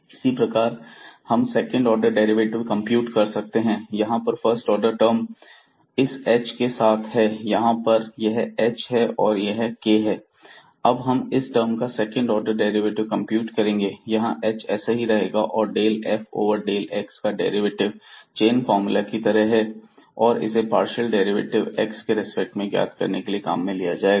इसी प्रकार हम सेकंड ऑर्डर डेरिवेटिव कंप्यूट कर सकते हैं यहां पर फर्स्ट ऑर्डर टर्म इस h के साथ हैं यहां पर यह h है और यह k है अब हम इस टर्म का सेकंड ऑर्डर डेरिवेटिव कंप्यूट करेंगे यहां h ऐसा ही रहेगा और del f over del x का डेरिवेटिव चेन फार्मूला की तरह और इसे पार्शियल डेरिवेटिव x के रेस्पेक्ट में ज्ञात करने के लिए काम में लिया जाएगा